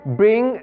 bring